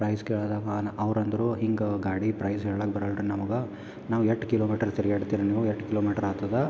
price ಕೇಳೋದವಾನ ಅವರಂದ್ರು ಹಿಂಗ ಗಾಡಿ ಪ್ರೈಸ್ ಹೇಳೋಕ್ ಬರಲ್ರಿ ನಮ್ಗೆ ನಾವು ಎಷ್ಟ್ ಕಿಲೋಮೀಟರ್ ತಿರುಗಾಡ್ತಿರಿ ನೀವು ಎಷ್ಟ್ ಕಿಲೋಮೀಟರ್ ಆತದ